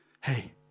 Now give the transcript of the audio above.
Hey